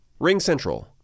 RingCentral